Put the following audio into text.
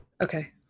Okay